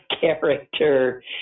character